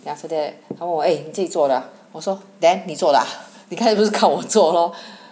then after that 他问我 eh 你自己做的啊我说 then 你做的啊你刚才不是看我做咯